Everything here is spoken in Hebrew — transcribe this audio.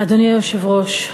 אדוני היושב-ראש,